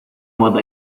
mata